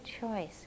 choice